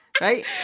Right